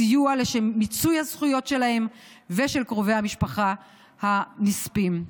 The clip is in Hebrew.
הסיוע לשם מיצוי הזכויות שלהם ושל קרובי המשפחה של הנספים.